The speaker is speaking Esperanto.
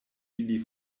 ili